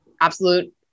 absolute